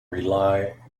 rely